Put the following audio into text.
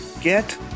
get